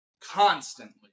constantly